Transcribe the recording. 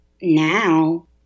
now